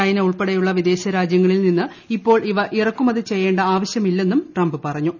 China ഉൾപ്പെടെയുള്ള വിദേശ രാജൃങ്ങളിൽ നിന്ന് ഇപ്പോൾ ഇവ ഇറക്കുമതി ചെയ്യേണ്ട ആവശ്യമില്ലെന്നും ട്രംപ് പറഞ്ഞു